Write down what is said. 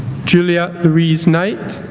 julia louise knight